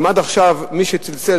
אם עד עכשיו מי שצלצל,